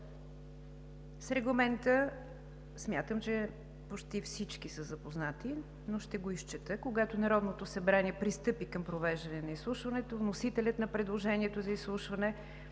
интереси“. Смятам, че почти всички са запознати с регламента, но ще го изчета: „Когато Народното събрание пристъпи към провеждане на изслушването, вносителят на предложението за изслушване